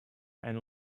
and